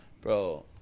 Bro